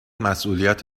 مسئولیت